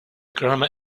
grammar